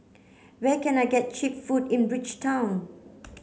where can I get cheap food in Bridgetown